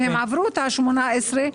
והם עברו את גיל 18,